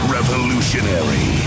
Revolutionary